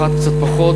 אחת קצת פחות.